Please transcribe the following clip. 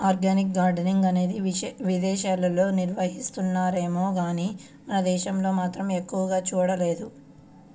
organic gardening అనేది విదేశాల్లో నిర్వహిస్తున్నారేమో గానీ మన దేశంలో మాత్రం ఎక్కడా చూడలేదు